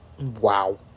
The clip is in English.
Wow